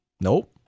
Nope